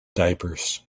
diapers